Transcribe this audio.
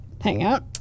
hangout